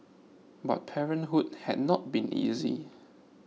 but parenthood had not been easy